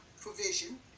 provision